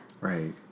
Right